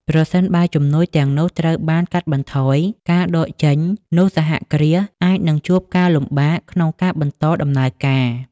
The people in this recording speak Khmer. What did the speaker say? ប្រសិនបើជំនួយទាំងនោះត្រូវបានកាត់បន្ថយ ឬដកចេញ នោះសហគ្រាសអាចនឹងជួបការលំបាកក្នុងការបន្តដំណើរការ។